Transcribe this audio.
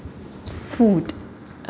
food